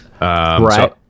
right